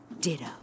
Ditto